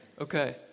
okay